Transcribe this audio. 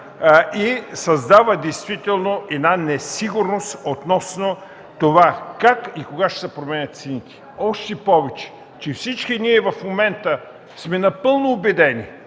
създава действително една несигурност относно как и кога ще се променят цените. Още повече, всички ние в момента сме напълно убедени,